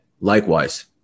Likewise